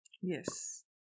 Yes